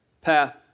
path